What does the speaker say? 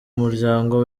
muryango